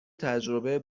تجربه